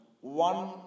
one